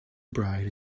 bride